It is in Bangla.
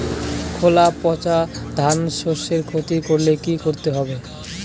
খোলা পচা ধানশস্যের ক্ষতি করলে কি করতে হবে?